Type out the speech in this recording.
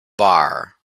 bar